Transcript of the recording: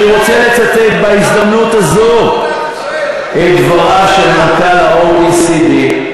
אני רוצה לצטט בהזדמנות הזו את דבריו של מנכ"ל ה-OECD,